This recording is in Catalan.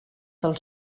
del